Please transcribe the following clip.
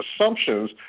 assumptions